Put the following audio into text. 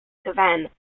cavan